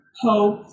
hope